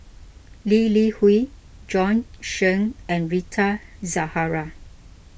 Lee Li Hui Bjorn Shen and Rita Zahara